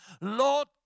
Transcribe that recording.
Lord